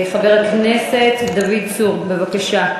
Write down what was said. חבר הכנסת דוד צור, בבקשה.